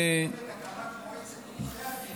אפשר לשלב את הקמת מועצת עורכי הדין,